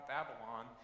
Babylon